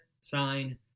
sign